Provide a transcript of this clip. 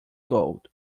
gold